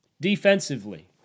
Defensively